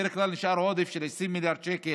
בדרך כלל נשאר עודף של 20 מיליארד שקל,